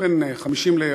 בן 50 לערך,